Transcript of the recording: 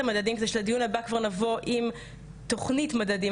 המדדים כדי שלדיון הבא כבר נבוא עם תוכנית מדדים,